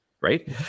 right